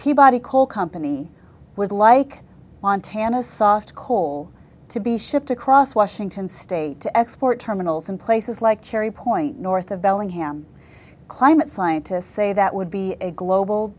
peabody coal company would like montana soft coal to be shipped across washington state to export terminals in places like cherry point north of bellingham climate scientists say that would be a global